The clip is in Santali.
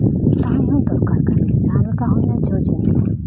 ᱛᱟᱦᱮᱸ ᱦᱚᱸ ᱫᱚᱨᱠᱟᱨ ᱠᱟᱱ ᱜᱮᱭᱟ ᱡᱟᱦᱟᱸ ᱞᱮᱠᱟ ᱦᱩᱭᱱᱟ ᱡᱚ ᱡᱤᱱᱤᱥ